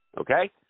okay